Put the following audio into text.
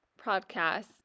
podcast